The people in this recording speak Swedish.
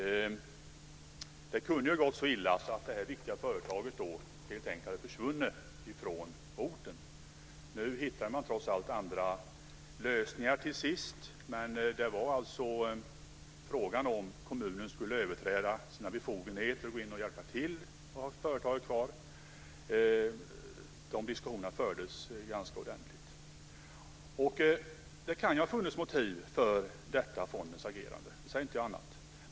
Det kunde ha gått så illa att detta viktiga företag helt enkelt hade försvunnit från orten. Nu hittade man trots allt andra lösningar till sist. Men det var fråga om kommunen skulle överträda sina befogenheter och gå in och hjälpa till för att ha företaget kvar. De diskussionerna fördes ganska ordentligt. Det kan ha funnits motiv för fondens agerande. Jag säger inte något annat.